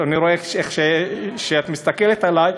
אני רואה איך את מסתכלת עלי,